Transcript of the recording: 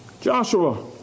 Joshua